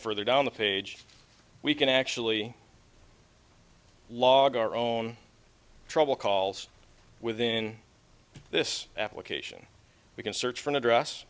further down the page we can actually log our own trouble calls within this application we can search for an address